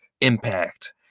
impact